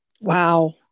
Wow